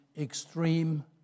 extreme